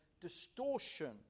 distortion